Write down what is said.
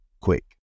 quick